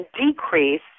decrease